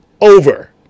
over